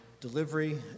delivery